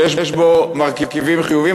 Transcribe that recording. שיש בו מרכיבים חיוביים,